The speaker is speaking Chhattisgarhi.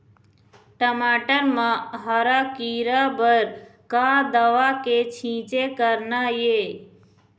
टमाटर म हरा किरा बर का दवा के छींचे करना ये?